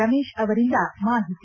ರಮೇಶ್ ಅವರಿಂದ ಮಾಹಿತಿ